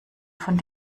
von